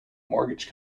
mortgage